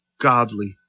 godly